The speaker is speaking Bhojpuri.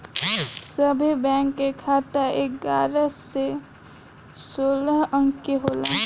सभे बैंक के खाता एगारह से सोलह अंक के होला